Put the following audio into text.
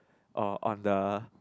or on the